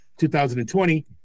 2020